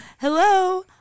Hello